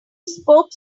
spoke